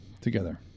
together